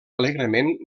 alegrement